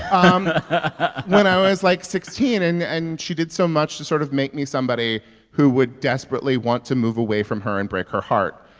um ah when i was, like, sixteen. and and she did so much to sort of make me somebody who would desperately want to move away from her and break her heart.